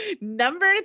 number